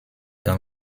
dans